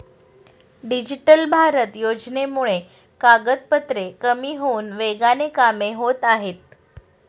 digital Bharat योजनेमुळे कागदपत्रे कमी होऊन वेगाने कामे होत आहेत